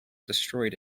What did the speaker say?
destroyed